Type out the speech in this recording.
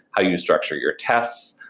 how you structure your tests.